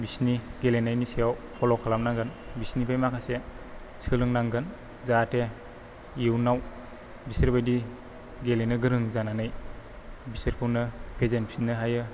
बिसोरनि गेलेनायनि सायाव फल' खालामनांगोन बिसोरनि बे माखासे सोलोंनांगोन जाहाथे इयुनाव बिसोरबादि गेलेनो गोरों जानानै बिसोरखौनो फेजेनफिन्नो हायो